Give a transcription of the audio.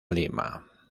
lima